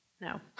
No